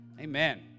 amen